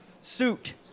suit